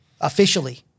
officially